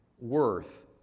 worth